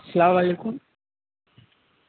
السّلام علیکم